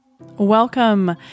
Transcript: Welcome